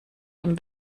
dem